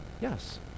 Yes